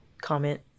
comment